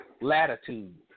latitude